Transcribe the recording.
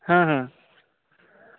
हाँ हाँ